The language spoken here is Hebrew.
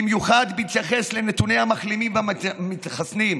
במיוחד בהתייחס לנתוני המחלימים והמתחסנים.